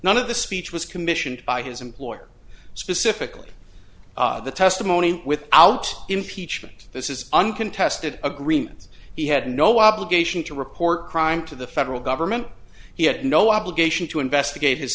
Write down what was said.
none of the speech was commissioned by his employer specifically the testimony without impeachment this is uncontested agreements he had no obligation to report crime to the federal government he had no obligation to investigate his